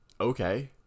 Okay